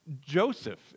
Joseph